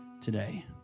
today